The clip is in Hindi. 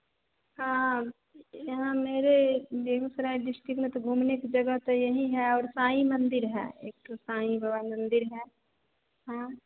हाँ यहाँ मेरे बेगुसराय डिस्ट्रिक्ट में तो घूमने की जगह तो यहीं है और साईं मंदिर है एक तो साईं बाबा का मंदिर है हाँ